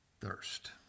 thirst